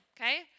okay